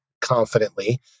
confidently